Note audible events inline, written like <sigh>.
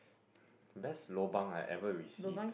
<breath> best lobang I had ever received ah